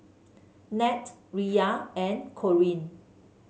Nat Riya and Corinne